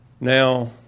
now